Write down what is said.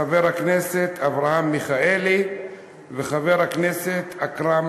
חבר הכנסת אברהם מיכאלי וחבר הכנסת אכרם